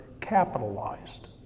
capitalized